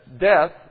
death